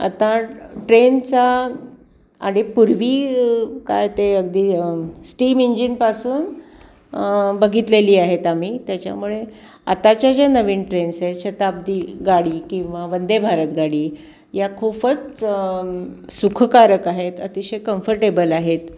आता ट्रेनचा आणि पूर्वी काय ते अगदी स्टीम इंजिनपासून बघितलेली आहेत आम्ही त्याच्यामुळे आताच्या ज्या नवीन ट्रेन्स आहेत शताब्दी गाडी किंवा वंदेभारत गाडी या खूपच सुखकारक आहेत अतिशय कम्फर्टेबल आहेत